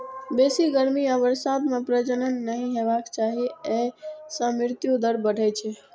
बेसी गर्मी आ बरसात मे प्रजनन नहि हेबाक चाही, अय सं मृत्यु दर बढ़ै छै